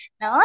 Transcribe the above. no